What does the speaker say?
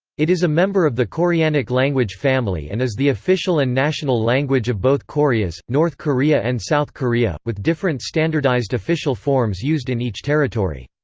it is a member of the koreanic language family and is the official and national language of both koreas north korea and south korea, with different standardized official forms used in each territory.